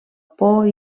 por